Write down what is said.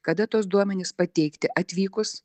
kada tuos duomenis pateikti atvykus